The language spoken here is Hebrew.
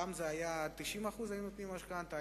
פעם נתנו 90% משכנתה,